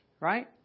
Right